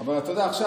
אבל עכשיו,